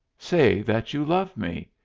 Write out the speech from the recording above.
say that you love me.